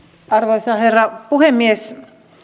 arvoisa herra puhemies